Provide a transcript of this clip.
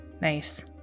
Nice